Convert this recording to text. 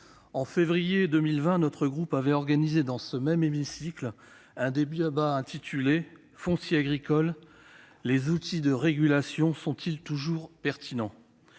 en février 2020, notre groupe avait organisé dans ce même hémicycle un débat intitulé :« Foncier agricole : les outils de régulations sont-ils toujours pertinents ?»